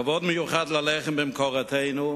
כבוד מיוחד ללחם במקורותינו,